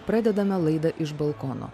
pradedame laidą iš balkono